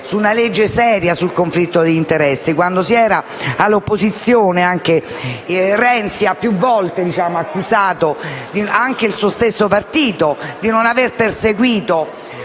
con una legge seria sul conflitto di interessi. Quando era all'opposizione, anche Renzi ha più volte accusato, anche il suo stesso partito, di non avere perseguito